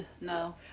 No